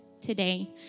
today